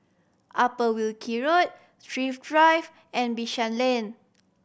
Upper Wilkie Road Thrift Drive and Bishan Lane